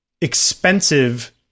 expensive